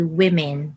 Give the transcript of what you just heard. women